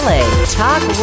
Talk